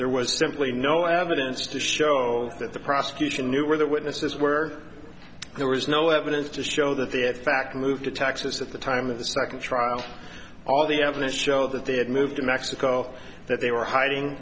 there was simply no evidence to show that the prosecution knew where the witnesses were there was no evidence to show that they had fact moved to texas at the time of the second trial all the evidence showed that they had moved to mexico that they were hiding